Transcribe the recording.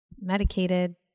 medicated